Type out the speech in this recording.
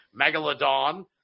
Megalodon